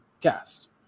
cast